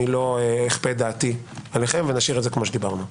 אני לא אכפה את דעתי עליכם ונשאיר את זה כמו שדיברנו.